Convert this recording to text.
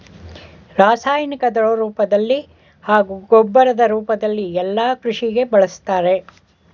ರಾಸಾಯನಿಕನ ದ್ರವರೂಪ್ದಲ್ಲಿ ಹಾಗೂ ಗೊಬ್ಬರದ್ ರೂಪ್ದಲ್ಲಿ ಯಲ್ಲಾ ಕೃಷಿಗೆ ಬಳುಸ್ತಾರೆ